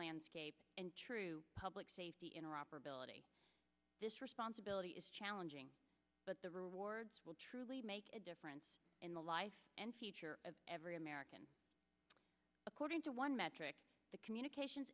landscape and true public safety in or operability this responsibility is challenging but the rewards will truly make a difference in the life and future of every american according to one metric the communications